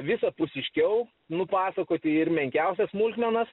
visapusiškiau nupasakoti ir menkiausias smulkmenas